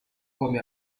come